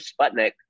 Sputnik